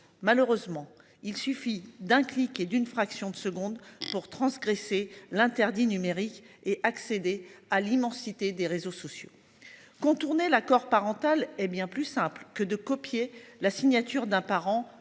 Malheureusement, il suffit d'un clic et d'une fraction de seconde pour transgresser l'interdit numérique et accéder à l'immensité des réseaux sociaux. Contourner l'accord parental est bien plus simple que de copier la signature d'un parent